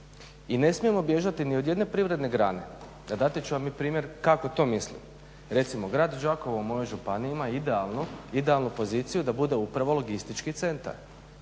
i ne smijemo bježati ni od jedne privredne grane, a dati ću vam i primjer kako to mislim. Recimo, grad Đakovo moje županije ima idealnu poziciju da bude upravo logistički centar,